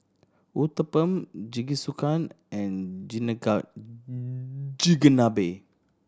Uthapam Jingisukan and Chigenabe